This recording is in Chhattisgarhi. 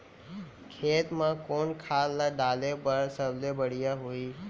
खेत म कोन खाद ला डाले बर सबले बढ़िया होही?